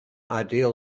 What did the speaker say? ideal